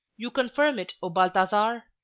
you confirm it, o balthasar!